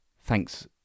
Thanks